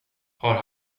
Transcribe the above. har